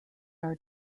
are